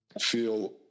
feel